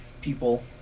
people